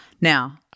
Now-